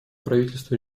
правительства